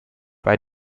bei